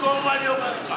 תזכור מה אני אומר לך.